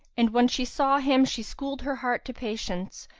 and when she saw him she schooled her heart to patience,